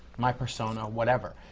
my persona, whatever.